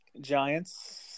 Giants